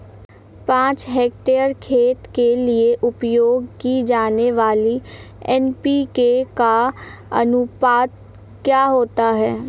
पाँच हेक्टेयर खेत के लिए उपयोग की जाने वाली एन.पी.के का अनुपात क्या होता है?